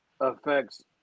affects